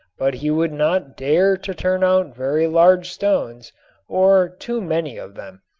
but he would not dare to turn out very large stones or too many of them,